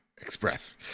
Express